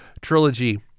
trilogy